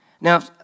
Now